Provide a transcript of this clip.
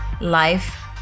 life